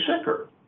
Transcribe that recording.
sicker